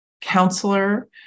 counselor